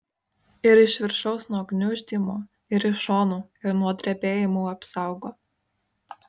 ir iš viršaus nuo gniuždymo ir iš šonų ir nuo drebėjimų apsaugo